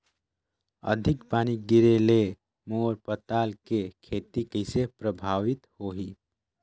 अधिक पानी गिरे ले मोर पताल के खेती कइसे प्रभावित होही?